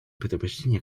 предупреждение